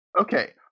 Okay